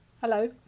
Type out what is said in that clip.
Hello